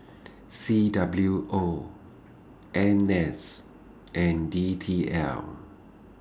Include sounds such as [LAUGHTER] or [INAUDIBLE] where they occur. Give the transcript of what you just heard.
[NOISE] C W O N S and D T L